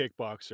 kickboxer